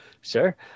Sure